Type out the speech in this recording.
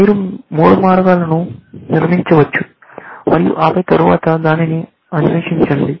మీరు మూడు మార్గాలను నిర్మించవచ్చు మరియు ఆపై తరువాత దానిని అన్వేషించండి